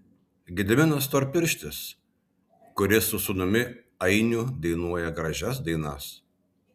gediminas storpirštis kuris su sūnumi ainiu dainuoja gražias dainas